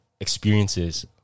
Experiences